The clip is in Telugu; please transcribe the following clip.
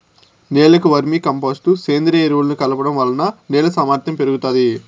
నేలకు వర్మీ కంపోస్టు, సేంద్రీయ ఎరువులను కలపడం వలన నేల సామర్ధ్యం పెరుగుతాది